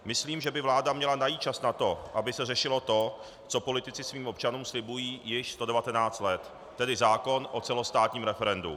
Myslím, že by vláda měla najít čas na to, aby se řešilo to, co politici svým občanům slibují již po 19 let, tedy zákon o celostátním referendu.